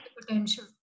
potential